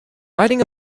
riding